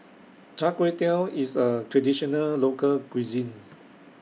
Char Kway Teow IS A Traditional Local Cuisine